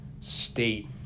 state